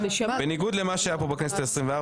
בניגוד למה שהיה פה בכנסת ה-24,